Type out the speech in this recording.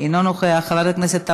חבר הכנסת ישראל אייכלר,